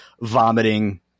vomiting